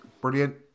brilliant